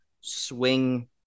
swing